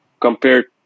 compared